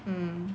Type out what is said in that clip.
mm